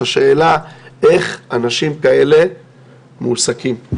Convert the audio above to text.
השאלה איך אנשים כאלה מועסקים,